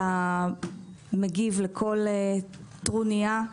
אתה מגיב לכל טרוניה.